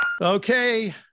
Okay